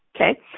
okay